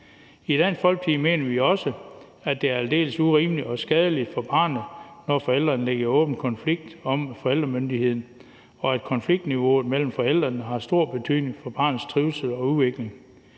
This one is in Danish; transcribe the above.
I Dansk Folkeparti mener vi også, at det er aldeles urimeligt og skadeligt for barnet, når forældrene er i åben konflikt om forældremyndigheden, og at konfliktniveauet mellem forældrene har stor betydning for barnets trivsel og udvikling.